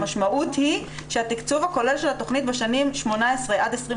המשמעות היא שהתקצוב הכולל בתכנית בשנים 2018-2022